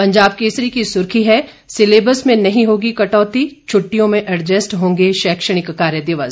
पंजाब केसरी की सुर्खी है सिलेबस में नहीं होगी कटौती छ्रट्टियों में एडजस्ट होंगे शैक्षणिक कार्य दिवस